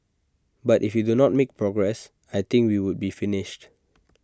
but if you do not make progress I think we would be finished